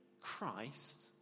Christ